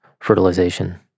fertilization